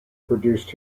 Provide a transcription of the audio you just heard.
produced